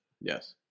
Yes